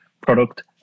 product